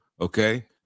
okay